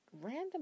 random